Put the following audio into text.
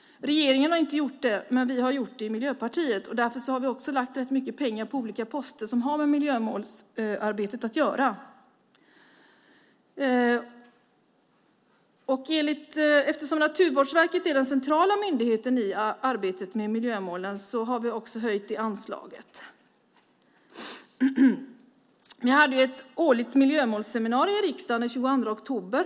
Regeringen har inte gjort det, men vi har gjort det i Miljöpartiet. Vi har därför föreslagit rätt mycket pengar på olika poster som har med miljömålsarbetet att göra. Eftersom Naturvårdsverket är den centrala myndigheten i arbetet med miljömålen har vi också föreslagit att man ska höja det anslaget. Vi hade ett årligt miljömålseminarium i riksdagen den 22 oktober.